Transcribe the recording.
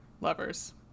lovers